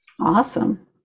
Awesome